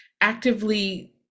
actively